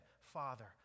Father